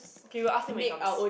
K we'll ask him when he comes